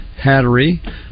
Hattery